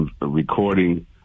recording